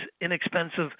inexpensive